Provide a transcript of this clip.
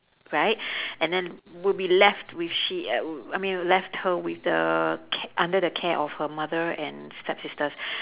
right and then would be left with she uh w~ I mean left her with the ca~ under the care of her mother and stepsisters